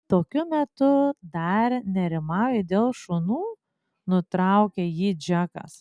tokiu metu dar nerimauji dėl šunų nutraukė jį džekas